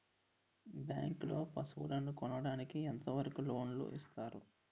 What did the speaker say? Bank లో పశువుల కొనడానికి ఎంత వరకు లోన్ లు ఇస్తారు?